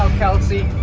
um kelsey,